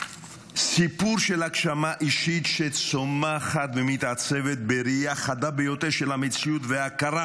סיפור של הגשמה אישית שצומחת ומתעצבת בראייה חדה ביותר של המציאות והכרה